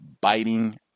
biting